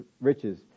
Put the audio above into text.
riches